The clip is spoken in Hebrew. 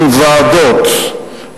עם ועדות,